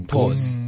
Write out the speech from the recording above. Pause